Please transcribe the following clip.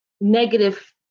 negative